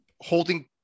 holding